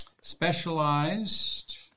specialized